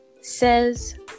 Says